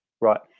right